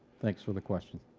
thanks for the question.